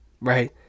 right